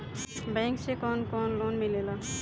Bank से कौन कौन लोन मिलेला?